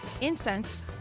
incense